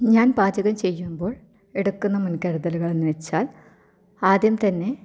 ഞാൻ പാചകം ചെയ്യുമ്പോൾ എടുക്കുന്ന മുൻകരുതലുകളെന്ന് വെച്ചാൽ ആദ്യം തന്നെ